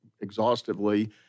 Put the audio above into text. exhaustively